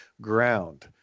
ground